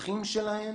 בצרכים שלהם